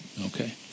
Okay